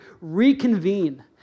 reconvene